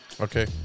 Okay